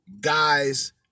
guys